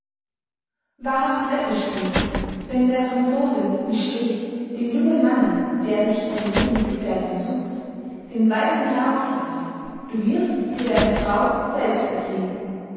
wahrhaft läppisch klingt es wenn der franzose michelet dem jungen manne der sich eine lebensgefährtin sucht den weisen rath giebt du wirst dir deine frau selbst erziehen